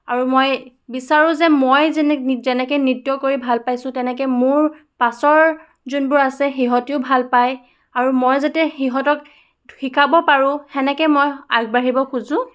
আৰু মই বিচাৰোঁ যে মই যেনে নৃত যেনেকৈ নৃত্য কৰি ভাল পাইছোঁ তেনেকৈ মোৰ পাছৰ যোনবোৰ আছে সিহঁতিও ভাল পায় আৰু মই যাতে সিহঁতক শিকাব পাৰোঁ সেনেকৈ মই আগবাঢ়িব খোজোঁ